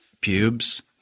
pubes